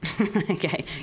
Okay